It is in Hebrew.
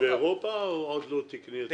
לא תיקני באירופה או עוד לא תקני אצלנו?